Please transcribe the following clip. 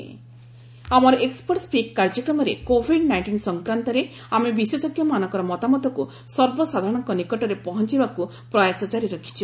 expert speak ଆମର expert speak କାର୍ଯ୍ୟକ୍ରମରେ COVID nineteen ସଂକ୍ରାନ୍ତରେ ଆମେ ବିଶେଷଜ୍ଞମାନଙ୍କର ମତାମତକ୍ତ ସର୍ବସାଧାରଣଙ୍କ ନିକଟରେ ପହଞ୍ଚାଇବାକୁ ପ୍ରୟାସ ଜାରି ରଖିଛ